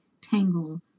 tangle